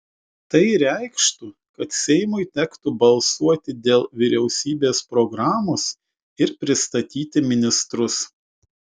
tai reikštų kad seimui tektų balsuoti dėl vyriausybės programos ir pristatyti ministrus